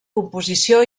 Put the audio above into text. composició